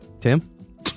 Tim